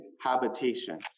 habitation